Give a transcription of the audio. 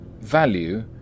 value